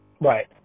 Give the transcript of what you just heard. Right